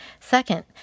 Second